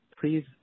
Please